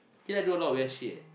you like to do a lot of weird shit eh